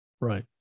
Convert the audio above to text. Right